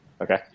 Okay